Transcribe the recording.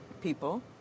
people